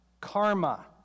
karma